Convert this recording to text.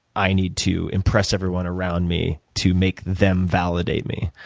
i need to impress everyone around me to make them validate me.